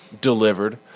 delivered